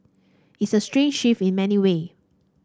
it's a strange in many way